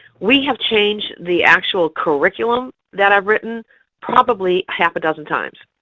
we have changed the actual curriculum that i've written probably half a dozen times.